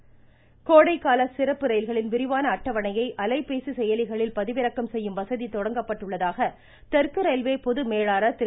ரயில் கோடை கால சிறப்பு ரயில்களின் விரிவான அட்டவணையை அலைபேசி செயலிகளில் பதிவிறக்கம் செய்யும் வசதி தொடங்கப்பட்டுள்ளதாக தெற்கு ரயில்வே பொது மேலாளர் திரு